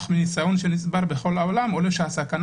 אך מניסיון שנצבר בכל העולם עולה שהסכנה